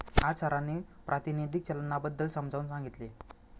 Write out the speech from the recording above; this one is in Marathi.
आज सरांनी प्रातिनिधिक चलनाबद्दल समजावून सांगितले